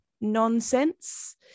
nonsense